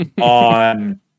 on